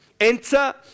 Enter